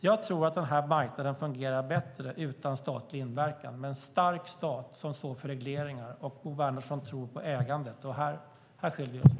Jag tror att den här marknaden fungerar bättre utan statlig inverkan, med en stark stat som står för regleringar. Bo Bernhardsson tror på ägandet. Här skiljer vi oss åt.